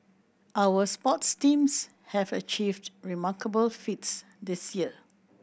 our sports teams have achieved remarkable feats this year